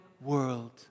world